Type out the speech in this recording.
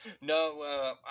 No